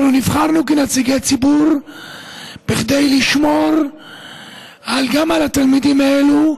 אנחנו נבחרנו כנציגי ציבור כדי לשמור גם על התלמידים האלה,